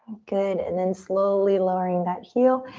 good and then slowly lowering that heel.